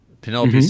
Penelope